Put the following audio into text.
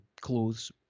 clothes